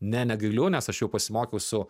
ne negaliu nes aš jau pasimokiau su